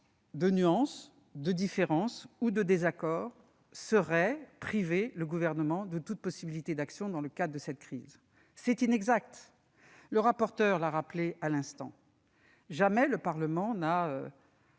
des nuances, des différences ou des désaccords reviendrait à priver le Gouvernement de toute possibilité d'action face à cette crise. Or c'est inexact ! M. le rapporteur l'a rappelé à l'instant : jamais le Parlement n'a